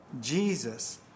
Jesus